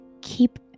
Keep